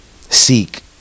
seek